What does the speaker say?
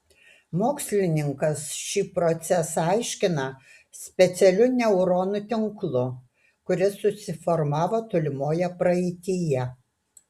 mokslininkas šį procesą aiškina specialiu neuronų tinklu kuris susiformavo tolimoje praeityje